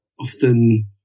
often